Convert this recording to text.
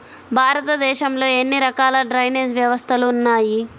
భారతదేశంలో ఎన్ని రకాల డ్రైనేజ్ వ్యవస్థలు ఉన్నాయి?